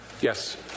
Yes